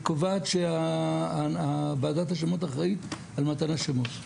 ההחלטה קובעת שוועדת השמות אחראית על מתן השמות.